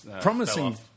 promising